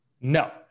No